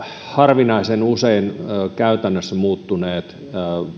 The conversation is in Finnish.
harvinaisen usein käytännössä muuttuneet